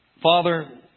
Father